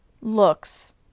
looks